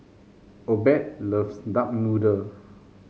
Obed loves Duck Noodle